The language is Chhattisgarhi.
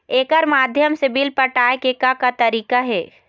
एकर माध्यम से बिल पटाए के का का तरीका हे?